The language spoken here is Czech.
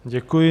Děkuji.